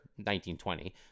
1920